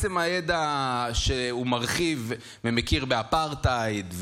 עצם הידע שהוא מרחיב ומכיר באפרטהייד,